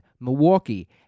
Milwaukee